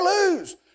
lose